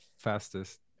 fastest